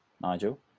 Nigel